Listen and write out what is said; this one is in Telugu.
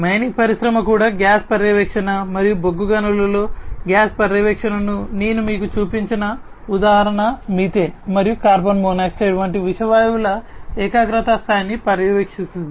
మైనింగ్ పరిశ్రమ కూడా గ్యాస్ పర్యవేక్షణ మరియు బొగ్గు గనులలో గ్యాస్ పర్యవేక్షణను నేను మీకు చూపించిన ఉదాహరణ మీథేన్ మరియు కార్బన్ మోనాక్సైడ్ వంటి విష వాయువుల ఏకాగ్రత స్థాయిని పర్యవేక్షిస్తుంది